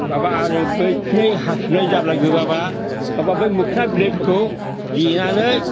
माबा आरो बै खिनाय हासुनाय जाब्ला गोबाब्ला माबा बै मोखना बिलायफोरखौ देनानै